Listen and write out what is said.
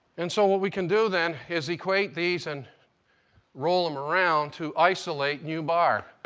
and so what we can do then is equate these and roll them around to isolate nu bar.